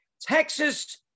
Texas